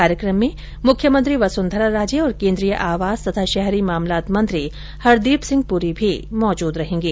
कार्यक्रम में मुख्यमंत्री वसुंधरा राजे और केंद्रीय आवास तथा शहरी मामलात मंत्री हरदीप सिंह पुरी भी मौजूद रहेंगे